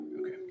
okay